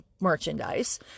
merchandise